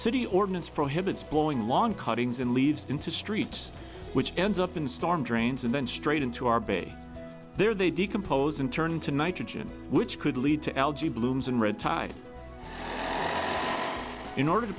city ordinance prohibits blowing long cuttings and leaves into streets which ends up in storm drains and then straight into our bay there they decompose and turn into nitrogen which could lead to algae blooms and red tide in order to